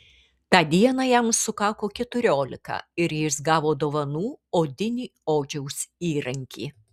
tą dieną jam sukako keturiolika ir jis gavo dovanų odinį odžiaus įrankį